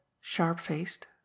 sharp-faced